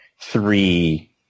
three